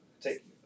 take